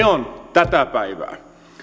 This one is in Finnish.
tätä päivää